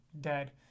dead